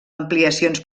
ampliacions